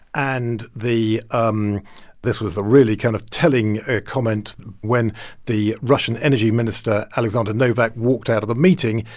and the um this was the really kind of telling ah comment when the russian energy minister alexander novak walked out of the meeting,